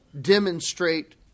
demonstrate